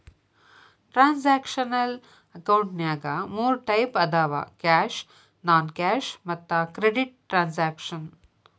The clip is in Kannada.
ಟ್ರಾನ್ಸಾಕ್ಷನಲ್ ಅಕೌಂಟಿನ್ಯಾಗ ಮೂರ್ ಟೈಪ್ ಅದಾವ ಕ್ಯಾಶ್ ನಾನ್ ಕ್ಯಾಶ್ ಮತ್ತ ಕ್ರೆಡಿಟ್ ಟ್ರಾನ್ಸಾಕ್ಷನ